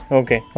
okay